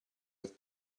have